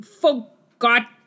forgot